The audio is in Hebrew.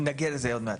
נגיע לזה עוד מעט.